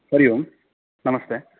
हरिः ओं नमस्ते